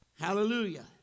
Hallelujah